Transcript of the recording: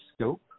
scope